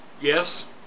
Yes